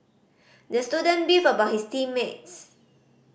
the student beefed about his team mates